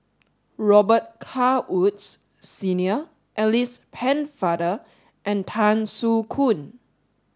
Robet Carr Woods Senior Alice Penne father and Tan Soo Khoon